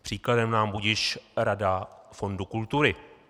Příkladem nám budiž Rada fondu kultury.